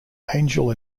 angel